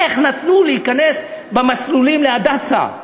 איך נתנו להיכנס במסלולים ל"הדסה"?